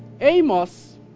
amos